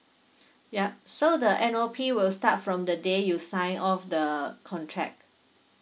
ya so the M_O_P will start from the day you sign of the contract